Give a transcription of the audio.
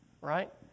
right